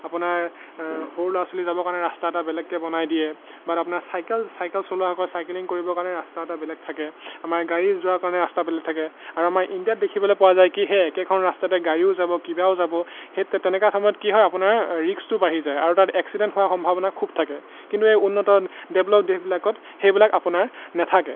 আপোনাৰ সৰু ল'ৰা ছোৱালী যাবৰ কাৰণে ৰাস্তা এটা বেলেগকৈ বনাই দিয়ে বাট আপোনাৰ চাইকেল চাইকেল চলোৱা সকলে চাইকেলিং কৰিবৰ কাৰণে ৰাস্তা এটা বেলেগ থাকে আমাৰ গাড়ী যোৱাৰ কাৰণে ৰাস্তা বেলেগ থাকে আৰু আমাৰ ইণ্ডিয়াত দেখিবলৈ পোৱা যায় কি সেই একেখন ৰাস্তাতে গাড়ীও যাব কিবাও যাব সেই তেনেকুৱা সময়ত কি হয় আপোনাৰ ৰিস্কটো বাঢ়ি যায় আৰু তাত এক্সিডেণ্ট হোৱা সম্ভাৱনা খুব থাকে কিন্তু এই উন্নত ডেভলপ দেশবিলাকত সেইবিলাক আপোনাৰ নাথাকে